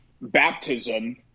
baptism